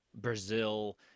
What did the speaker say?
Brazil